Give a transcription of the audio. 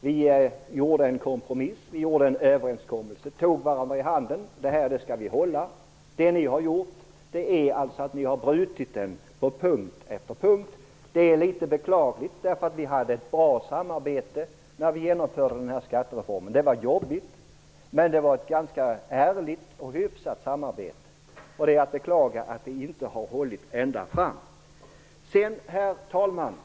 Vi gjorde en kompromiss och en överenskommelse. Vi tog varandra i handen och sade att vi skall hålla det vi har kommit överens om. Ni har brutit överenskommelsen på punkt efter punkt. Det är litet beklagligt, eftersom vi hade ett bra samarbete när vi genomförde skattereformen. Det var jobbigt, men det var ett ganska ärligt och hyfsat samarbete. Det är att beklaga att det inte har hållit ända fram. Herr talman!